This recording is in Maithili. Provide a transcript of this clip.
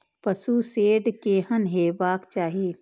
पशु शेड केहन हेबाक चाही?